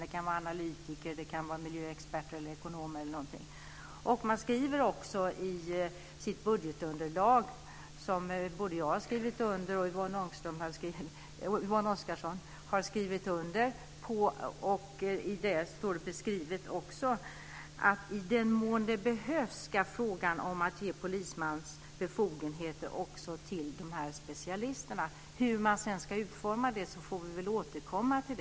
Det kan vara analytiker, miljöexperter, ekonomer osv. Man skriver också i sitt budgetunderlag, som både jag och Yvonne Oscarsson har skrivit under, om att i den mån det behövs ge polismans befogenheter också till dessa specialister. Hur man sedan ska utforma detta får vi väl återkomma till.